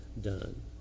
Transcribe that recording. done